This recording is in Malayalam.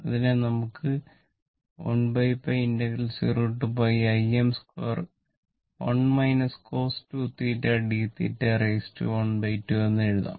ഇതിനെ നമുക്ക് 1π 0 Im2 1 cos 2θdθ 12 എന്ന് എഴുതാം